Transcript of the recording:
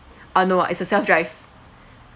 uh no ah it's a self drive